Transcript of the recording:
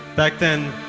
back then,